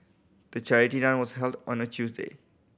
the charity run was held on a Tuesday